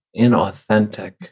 inauthentic